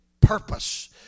purpose